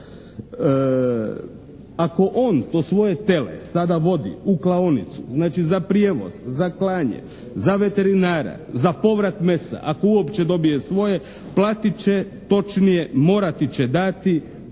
Ako on to svoje tele sada vodi u klaonicu, znači za prijevoz, za klanje, za veterinara, za povrat mesa ako uopće dobije svoje platit će točnije morati će dati